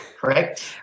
Correct